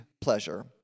pleasure